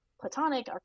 platonic